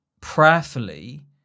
prayerfully